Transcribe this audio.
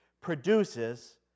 produces